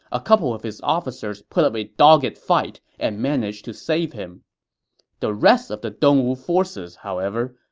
a couple of his officers put up a dogged fight and managed to save him the rest of the dongwu forces, however,